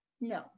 No